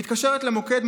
מתקשרת למוקד,